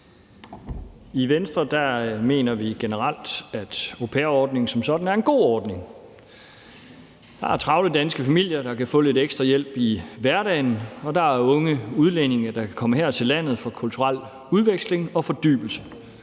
I Venstre mener vi generelt, at au pair-ordningen som sådan er en god ordning. Der er travle danske familier, der kan få lidt ekstra hjælp i hverdagen, og der er unge udlændinge, der kan komme her til landet for kulturel udveksling og fordybelse.